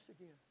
again